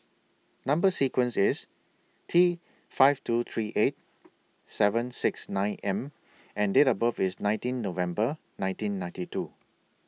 Number sequence IS T five two three eight seven six nine M and Date of birth IS nineteen November nineteen ninety two